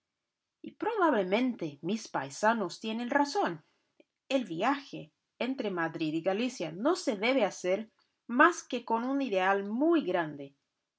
y probablemente mis paisanos tienen razón el viaje entre madrid y galicia no se debe hacer más que con un ideal muy grande